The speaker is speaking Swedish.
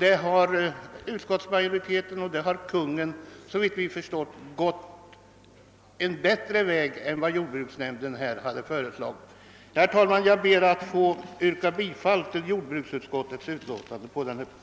Där har Kungl. Maj:t och utskottsmajoriteten, såvitt vi förstår, gått en bättre väg än jordbruksnämnden föreslagit. Herr talman! Jag ber att få yrka bifall till jordbruksutskottets hemställan på denna punkt.